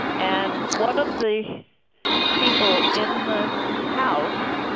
and one of the people in the house